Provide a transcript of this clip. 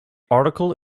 article